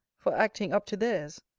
for acting up to theirs.